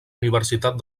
universitat